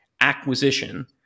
acquisition